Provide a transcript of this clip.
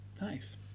Nice